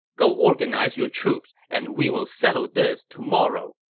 go organize your troops and we will settle this tomorrow.